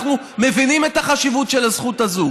אנחנו מבינים את החשיבות של הזכות הזאת.